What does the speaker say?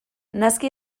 naski